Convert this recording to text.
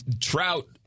trout